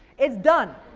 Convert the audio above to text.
it's done.